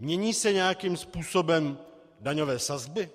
Mění se nějakým způsobem daňové sazby?